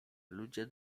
ludzie